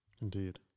Indeed